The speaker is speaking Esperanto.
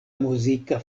muzika